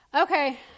okay